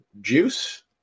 Juice